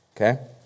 Okay